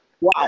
Wow